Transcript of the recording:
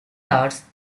guards